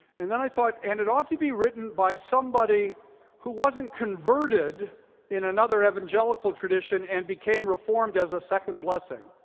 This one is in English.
and then i thought and it ought to be written by somebody who wasn't converted in another evangelical tradition and became reformed as a second blessing.